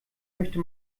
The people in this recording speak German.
möchte